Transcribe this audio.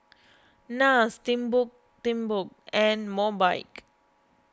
Nars Timbuk Timbuk and Mobike